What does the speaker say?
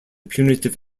punitive